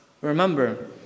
remember